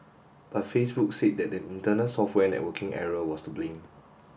but Facebook said that an internal software networking error was to blame